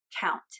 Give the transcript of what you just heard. count